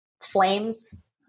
flames